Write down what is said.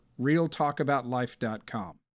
realtalkaboutlife.com